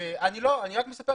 קצת